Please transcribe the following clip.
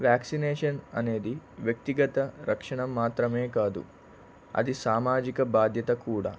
vaccination అనేది వ్యక్తిగత రక్షణ మాత్రమే కాదు అది సామాజిక బాధ్యత కూడా